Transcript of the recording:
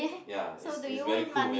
ya is is very cool man